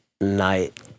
night